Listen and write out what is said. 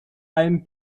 ein